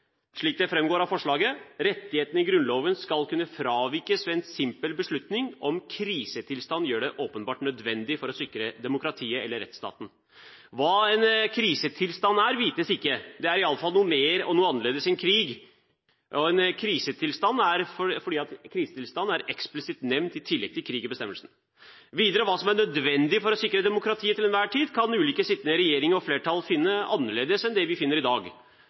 rettighetene i Grunnloven skal kunne fravikes ved en simpel beslutning om krisetilstand gjør det åpenbart nødvendig for å sikre demokratiet eller rettsstaten. Hva en krisetilstand er, vites ikke. Det er i alle fall noe mer og noe annerledes enn krig, fordi «krisetilstand» er eksplisitt nevnt i bestemmelsen, i tillegg til krig. Videre, hva som er nødvendig for å sikre demokratiet til enhver tid, kan ulike sittende regjeringer og flertall finne annerledes enn det vi finner i dag.